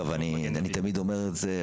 אני תמיד אומר את זה,